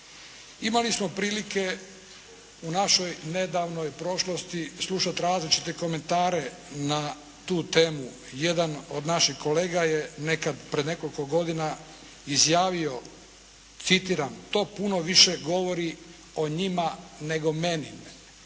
Imali smo prilike u našoj nedavnoj prošlosti slušati različite komentare na tu temu. Jedan od naših kolega je pred nekoliko godina izjavio citiram: "to puno više govori o njima nego meni".